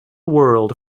world